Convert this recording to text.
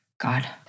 God